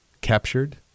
captured